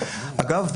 אגב,